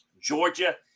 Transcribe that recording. Georgia